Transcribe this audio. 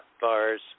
bars